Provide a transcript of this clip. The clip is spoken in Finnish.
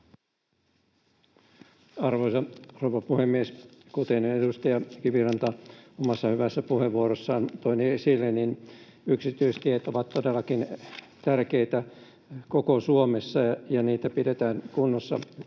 Arvoisa rouva puhemies! Kuten edustaja Kiviranta omassa hyvässä puheenvuorossaan toi esille, yksityistiet ovat todellakin tärkeitä koko Suomessa, ja niitä pidetään kunnossa